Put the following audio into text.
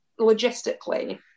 logistically